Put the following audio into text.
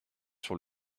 sur